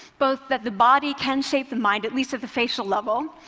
both that the body can shape the mind, at least at the facial level,